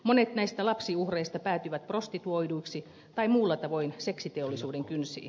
monet näistä lapsiuhreista päätyvät prostituoiduiksi tai muulla tavoin seksiteollisuuden kynsiin